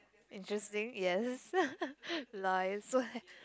interesting yes lies